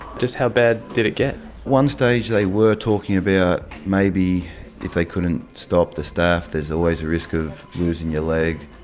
just how bad did it get? at one stage they were talking about maybe if they couldn't stop the staph there's always a risk of losing your leg.